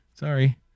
Sorry